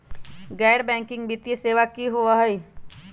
गैर बैकिंग वित्तीय सेवा की होअ हई?